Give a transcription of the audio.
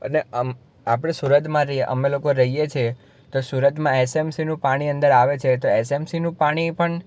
અને આપણે સુરતમાં રી અમે લોકો રહીએ છીએ તો સુરતમાં એસએમસીનું પાણી અંદર આવે છે તો એસએમસીનું પાણી પણ